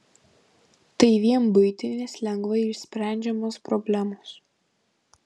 tai vien buitinės lengvai išsprendžiamos problemos